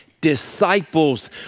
disciples